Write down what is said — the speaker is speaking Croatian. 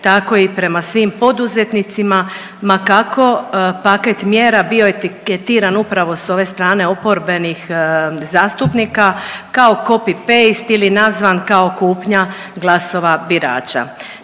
tako i prema svima poduzetnicima ma kako paket mjera bio etiketiran upravo s ove strane oporbenih zastupnika kao copy paste ili nazvan kao kupnja glasova birača.